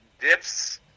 dips